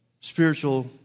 spiritual